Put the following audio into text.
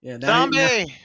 zombie